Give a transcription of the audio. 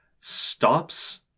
Stops